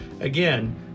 Again